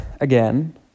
again